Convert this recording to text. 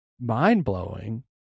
mind-blowing